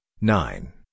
nine